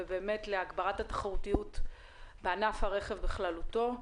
מאוד חשוב להגברת התחרותיות בענף הרכב בכללותו,